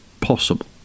possible